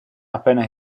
appena